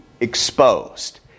exposed